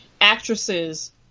actresses